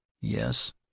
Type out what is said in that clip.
Yes